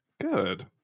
Good